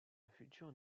futurs